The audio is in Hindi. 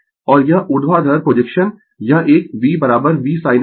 और यह ऊर्ध्वाधर प्रोजेक्शन यह एक V ' V sin α